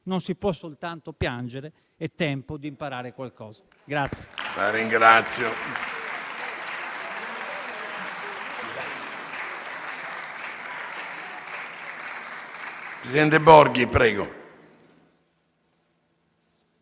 non si può soltanto piangere, è tempo di imparare qualcosa».